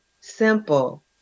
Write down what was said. simple